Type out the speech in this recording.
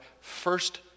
first